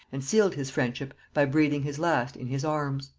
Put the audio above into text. and sealed his friendship by breathing his last in his arms.